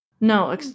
no